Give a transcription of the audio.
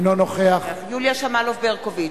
אינו נוכח יוליה שמאלוב-ברקוביץ,